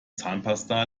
zahnpasta